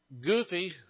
Goofy